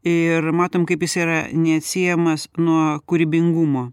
ir matom kaip jis yra neatsiejamas nuo kūrybingumo